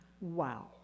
wow